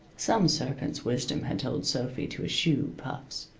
some serpent's wisdom had told sophy to eschew puffs.